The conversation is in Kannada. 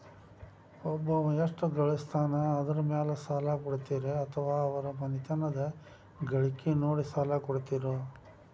ಒಬ್ಬವ ಎಷ್ಟ ಗಳಿಸ್ತಾನ ಅದರ ಮೇಲೆ ಸಾಲ ಕೊಡ್ತೇರಿ ಅಥವಾ ಅವರ ಮನಿತನದ ಗಳಿಕಿ ನೋಡಿ ಸಾಲ ಕೊಡ್ತಿರೋ?